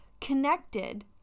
connected